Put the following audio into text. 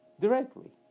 Directly